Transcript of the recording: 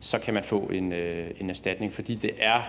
så kan man få en erstatning. For det er